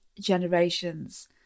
generations